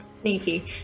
Sneaky